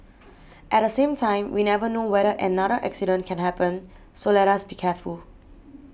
at the same time we never know whether another accident can happen so let us be careful